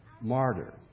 martyr